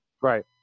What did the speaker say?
right